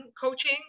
coaching